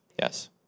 Yes